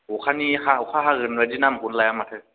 अखानि अखा हागोन बादि नामखौनो लाया माथो